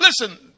Listen